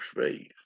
space